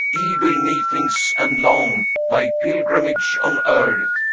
evil, methinks, and long thy pilgrimage on earth.